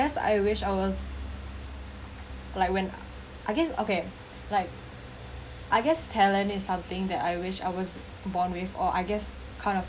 guess I wish I was like when I guess okay like I guess talent is something that I wish I was born with or I guess kind of